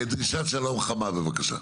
דרישת שלום חמה, בבקשה.